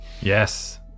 Yes